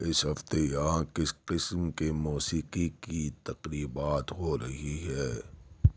اس ہفتے یہاں کس قسم کے موسیقی کی تقریبات ہو رہی ہے